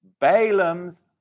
Balaam's